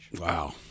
Wow